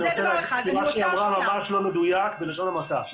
מה שהיא אמרה ממש לא מדויק בלשון המעטה.